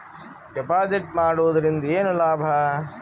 Deposit ಮಾಡುದರಿಂದ ಏನು ಲಾಭ?